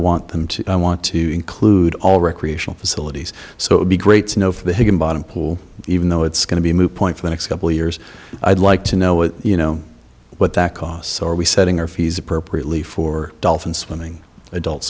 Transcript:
want them to i want to include all recreational facilities so it would be great snow for the higginbottom pool even though it's going to be a moot point for the next couple years i'd like to know what you know what that costs are we setting our fees appropriately for dolphin swimming adult